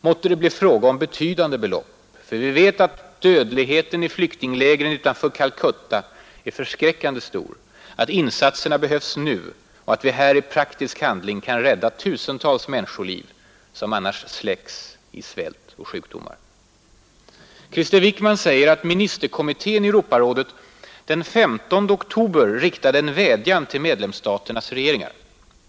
Måtte det bli fråga om betydande belopp — för vi vet att dödligheten i flyktinglägren utanför Calcutta är förskräckande stor, att insatserna behövs nu och att vi här i praktisk handling kan rädda tusentals människoliv som annars släcks i svält och sjukdomar. Krister Wickman säger att ministerkommitén i Europarådet den 15 oktober riktade en vädjan till medlemsstaternas regeringar.